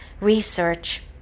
research